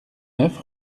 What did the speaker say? neuf